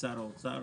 כשר האוצר.